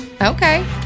Okay